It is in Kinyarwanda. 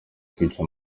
kwica